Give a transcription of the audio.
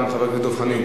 גם חבר הכנסת דב חנין?